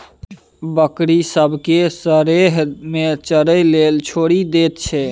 बकरी सब केँ सरेह मे चरय लेल छोड़ि दैत छै